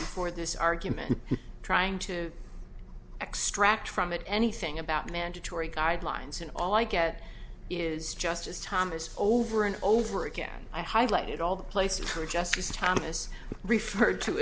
for this argument trying to extract from it anything about mandatory guidelines and all i get is justice thomas over and over again i highlighted all the places where justice thomas referred to